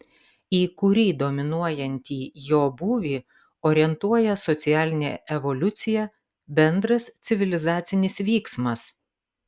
į kurį dominuojantį jo būvį orientuoja socialinė evoliucija bendras civilizacinis vyksmas